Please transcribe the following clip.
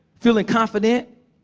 feeling confident,